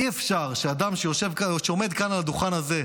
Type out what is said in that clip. אי-אפשר שאדם שעומד כאן על הדוכן הזה,